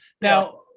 Now